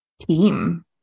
team